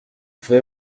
vais